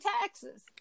taxes